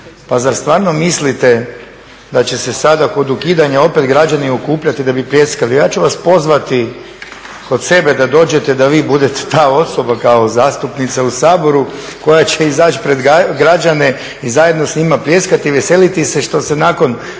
Pa zar stvarno mislite da će se sada kod ukidanja opet građani okupljati da bi pljeskali. Ja ću vas pozvati kod sebe da dođete, da vi budete ta osoba kao zastupnica u Saboru koja će izaći pred građane i zajedno s njima pljeskati i veseliti se što se nakon